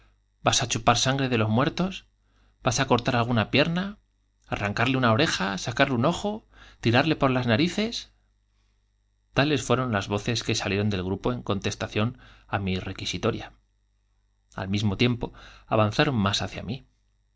vas á chupar la sangre de los j muertos vas á cortar alguna pierna j arrancarle una oreja j sacarle un ojo j tirarle por las narices tales fueron las voces que salieron del grupo en contestación á mi requisitoria al mismo tiempo avan zaron más hacia mí